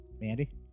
Mandy